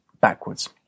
backwards